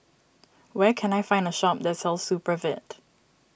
where can I find a shop that sells Supravit